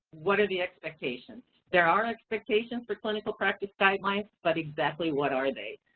what are the expectations? there are expectations for clinical practice guidelines but exactly what are they?